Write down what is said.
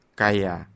kaya